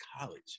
college